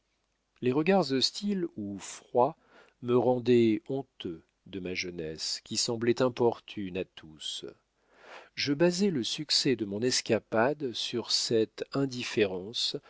les regards hostiles ou froids me rendaient honteux de ma jeunesse qui semblait importune à tous je basai le succès de mon escapade sur cette indifférence